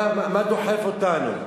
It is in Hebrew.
מה דוחף אותנו?